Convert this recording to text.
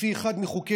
לפי אחד מחוקי